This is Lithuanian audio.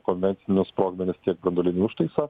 konvencinius sprogmenis tiek branduolinį užtaisą